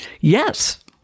Yes